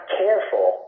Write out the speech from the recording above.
careful